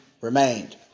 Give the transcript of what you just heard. remained